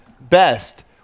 best